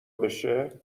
بشه